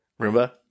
Roomba